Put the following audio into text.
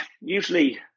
usually